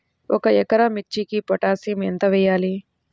ఒక ఎకరా మిర్చీకి పొటాషియం ఎంత వెయ్యాలి?